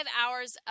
hours